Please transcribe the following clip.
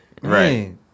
Right